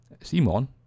Simon